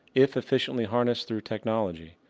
if efficiently harnessed through technology,